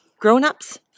grown-ups